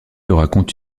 raconte